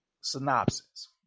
synopsis